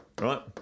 right